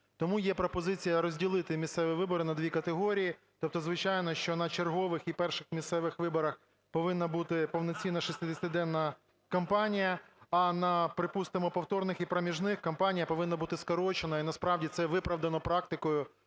Тому є пропозиція розділити місцеві вибори на дві категорії. Тобто звичайно, що на чергових і перших місцевих виборах повинна бути повноцінна шістдесятиденна кампанія, а на, припустимо, повторних і проміжних кампанія повинна бути скорочена. І насправді це виправдано практикою,